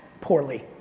poorly